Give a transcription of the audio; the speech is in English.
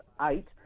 eight